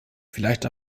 vielleicht